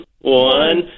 one